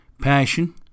Passion